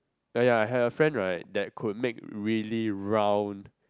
ya ya I had a friend right that could make really round